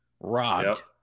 Robbed